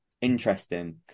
interesting